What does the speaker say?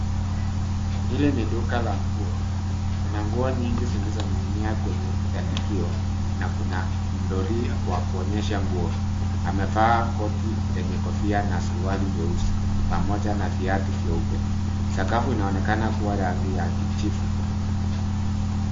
Hili ni duka la nguo. Kuna nguo nyingi zilizoning'inia kwenye tandikio, na kuna doli wa kuonyesha nguo, anavaa koti yenye kofia na suruali nyeusi, pamoja na viatu vyeupe. Sakafu inaonekana kua rangi ya kijivu.